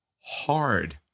hard